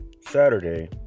saturday